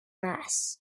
mass